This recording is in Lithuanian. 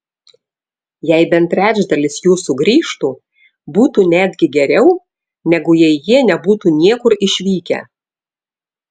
jei bent trečdalis jų sugrįžtų būtų netgi geriau negu jei jie nebūtų niekur išvykę